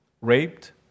raped